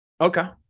Okay